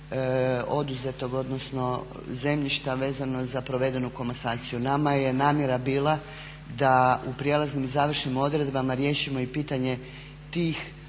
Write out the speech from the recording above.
oduzetog odnosno zemljišta vezano za provedenu komasaciju. Nama je namjera bila da u prijelaznim i završnim odredbama riješimo i pitanje tih